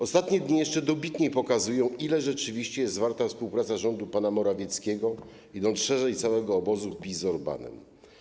Ostatnie dni jeszcze dobitniej pokazują, ile rzeczywiście jest warta współpraca rządu pana Morawieckiego, mówiąc szerzej - całego obozu PiS, z Orbánem.